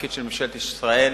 התפקיד של ממשלת ישראל,